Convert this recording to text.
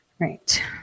Right